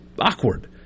awkward